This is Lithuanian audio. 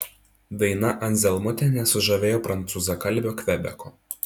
daina anzelmutė nesužavėjo prancūzakalbio kvebeko